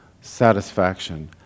satisfaction